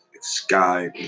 sky